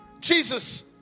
Jesus